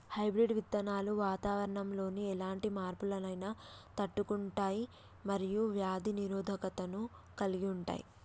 hybrid విత్తనాలు వాతావరణంలోని ఎలాంటి మార్పులనైనా తట్టుకుంటయ్ మరియు వ్యాధి నిరోధకతను కలిగుంటయ్